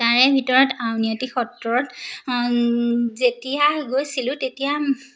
তাৰে ভিতৰত আউনীআটী সত্ৰত যেতিয়া গৈছিলোঁ তেতিয়া